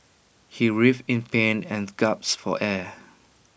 he writhed in pain and gasped for air